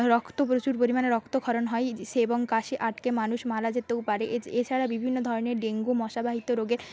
রক্ত প্রচুর পরিমানে রক্ত ক্ষরণ হয় সে এবং কাশি আটকে মানুষ মারা যেতেও পারে এছাড়া বিভিন্ন ধরনের ডেঙ্গু মশাবাহিত রোগের